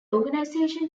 organization